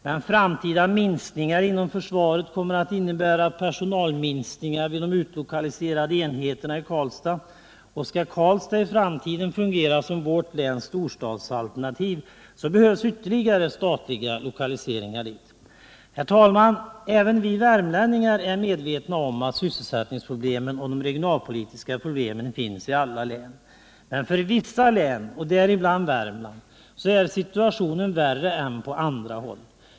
Men framtida minskningar inom försvaret kommer att innebära personalminskningar vid de utlokaliserade enheterna i Karlstad. Skall Karlstad i framtiden fungera som vårt läns storstadsalternativ så behövs ytterligare statliga lokaliseringar dit. Herr talman! Även vi värmlänningar är medvetna om att sysselsättningsproblemen och de regionalpolitiska problemen finns i alla län. Men i vissa län, däribland Värmland, är situationen värre än på andra håll.